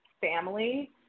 family